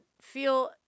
feel